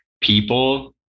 people